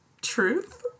truth